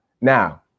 Now